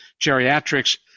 Geriatrics